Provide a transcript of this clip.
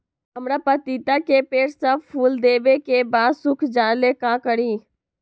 हमरा पतिता के पेड़ सब फुल देबे के बाद सुख जाले का करी?